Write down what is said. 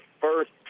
first